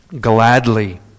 Gladly